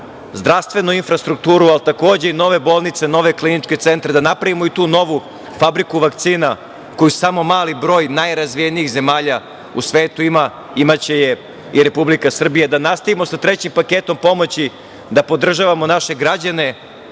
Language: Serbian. zdravstvenu infrastrukturu, ali takođe i nove bolnice, nove kliničke centre, da napravimo i tu novu fabriku vakcina koju samo mali broj najrazvijenijih zemalja u svetu ima, imaće je i Republika Srbija, da nastavimo sa trećim paketom pomoći, da podržavamo naše građane,